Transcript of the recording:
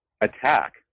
attack